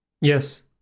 Yes